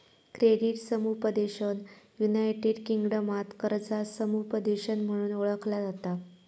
credit समुपदेशन United किंगडमात कर्जा समुपदेशन म्हणून ओळखला जाता